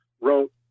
wrote